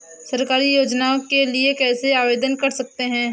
सरकारी योजनाओं के लिए कैसे आवेदन कर सकते हैं?